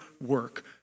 work